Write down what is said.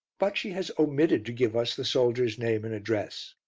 but she has omitted to give us the soldier's name and address.